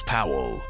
Powell